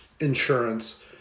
insurance